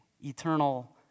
eternal